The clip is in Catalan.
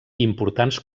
importants